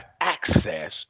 access